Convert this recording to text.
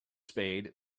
spade